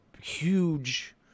huge